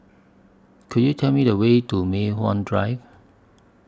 Could YOU Tell Me The Way to Mei Hwan Drive